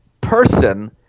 person